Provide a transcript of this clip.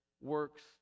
works